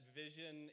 vision